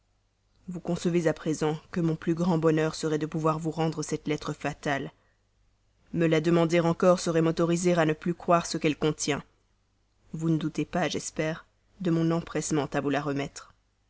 vous concevez à présent que mon plus grand bonheur serait de pouvoir vous rendre cette lettre fatale me la demander encore serait m'autoriser à ne plus croire ce qu'elle contient vous ne doutez pas j'espère de mon empressement à vous la remettre